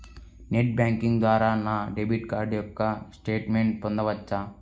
Net banking ద్వారా నా debit card యొక్క స్టేట్మెంట్ పొందవచ్చా?